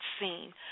seen